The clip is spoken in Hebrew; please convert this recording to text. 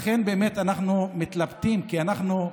לכן באמת אנחנו מתבלטים, כי אנחנו,